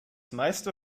meiste